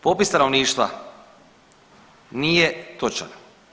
Popis stanovništva nije točan.